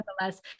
nevertheless